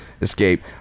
escape